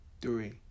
three